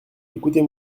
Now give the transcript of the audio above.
écoutez